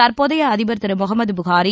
தற்போதைய அதிபர் திரு முகமது புஹாரி